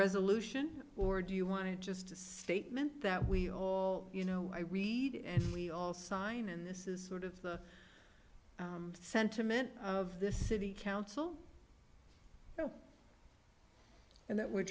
resolution or do you want to just a statement that we you know i read and we all sign and this is sort of the sentiment of this city council and that we're